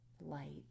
light